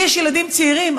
לי יש ילדים צעירים,